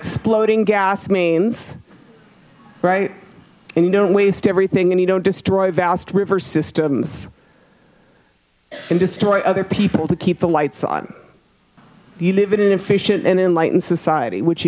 exploding gas means right and you know waste everything and you don't destroy vast river systems and destroy other people to keep the lights on you live in an efficient and enlightened society which